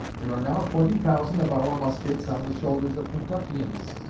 there are now twenty thousand of our muskets on the shoulders of kentuckians,